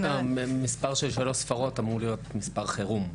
מספר של שלוש ספרות, אמור להיות מספר חירום.